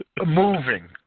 moving